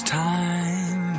time